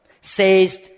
Says